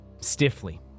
stiffly